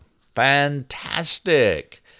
Fantastic